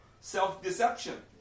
self-deception